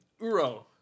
Uro